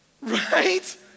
right